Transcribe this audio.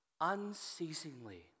unceasingly